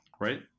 Right